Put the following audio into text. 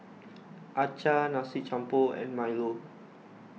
Acar Nasi Campur and Milo